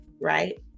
right